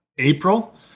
April